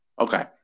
Okay